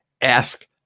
ask